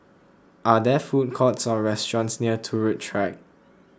are there food courts or restaurants near Turut Track